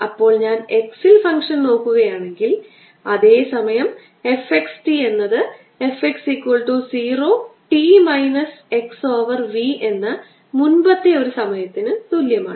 അപ്പോൾ ഞാൻ x ൽ ഫംഗ്ഷൻ നോക്കുകയാണെങ്കിൽ അതേ സമയം f x t എന്നത് f x 0 t minus x over v എന്ന മുൻപത്തെ ഒരു സമയത്തിന് തുല്യമാണ്